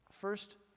First